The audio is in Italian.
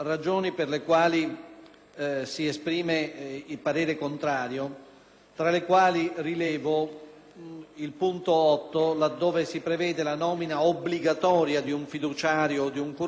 mozione, laddove si prevede la "nomina obbligatoria di un fiduciario o curatore che agisca nell'esclusivo interesse della persona che gli ha dato mandato attuandone la volontà espressa nella dichiarazione